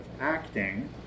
acting